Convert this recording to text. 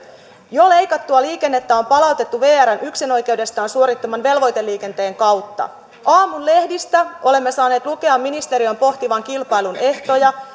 jo leikattua liikennettä on palautettu vrn yksinoikeudestaan suorittaman velvoiteliikenteen kautta aamun lehdistä olemme saaneet lukea ministeriön pohtivan kilpailun ehtoja